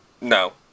No